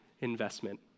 investment